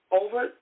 over